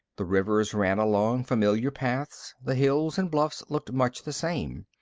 the rivers ran along familiar paths, the hills and bluffs looked much the same.